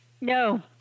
No